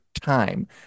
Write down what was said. Time